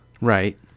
right